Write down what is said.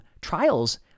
trials